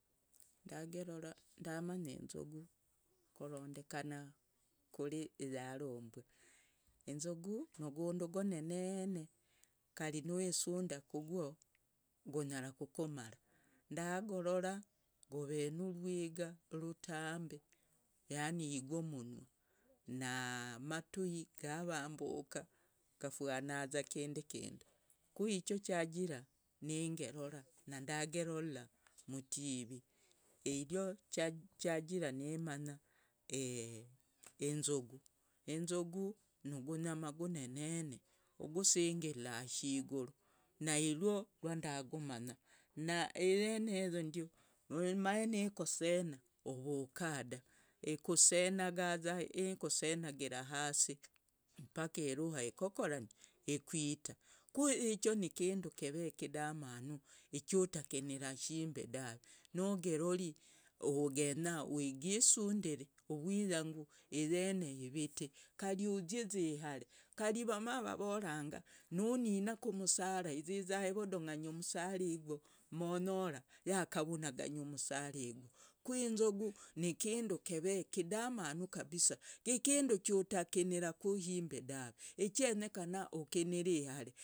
Ndagerora, ndamanya enzogu korondekana kuri yarombwa, enzogu nugundu gonene kari nuwisunda kugwo gunyara kukumara, ndagorora gove nurwiga rutambi yaani gwu umunwa na amatui gavambuka gafwanaza kindi kindu, ku ichochajira ningerora nandagerorera mtivi ichochajira nimanya enzogu enzogu nugunyama gonene ugusingila iguru, nairwo rwandagumanya na iyeneyo ndio umanye nekosena uvuka da, ekosenagaza nekosenagira hasi paka iruha ekokorandi ikwita, ku yicho nikindu keve kidamanu ichutakinira shimbi daave, nogerori genya ujisundiri uvyiyangu iyene ivitii, kari uzyiza ihare kari vamavavoranga nunina kumsara iziza evodong'anya umsarigwo monyora yakavunaganya umsarigwo. Ku enzogu nikindu keve kidamanu kabisa, ikindu chutakiniraku shimbi dave, ichenyekana ukiniri ihare.